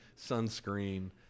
sunscreen